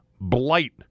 blight